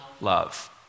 love